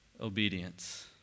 Obedience